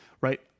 right